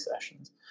sessions